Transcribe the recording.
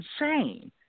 insane